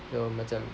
so macam